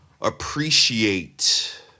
appreciate